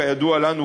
כידוע לנו,